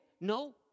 no